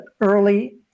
early